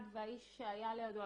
כל אחד והאיש שהיה לידו.